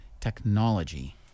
technology